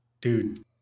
dude